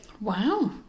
wow